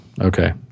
okay